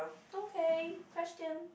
okay question